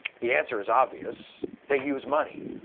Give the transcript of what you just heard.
the answer is obvious they use money.